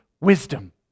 wisdom